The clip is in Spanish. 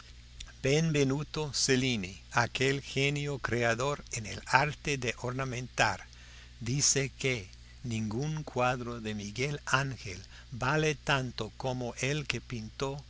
magníficos benvenuto cellini aquel genio creador en el arte de ornamentar dice que ningún cuadro de miguel ángel vale tanto como el que pintó